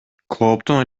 клооптун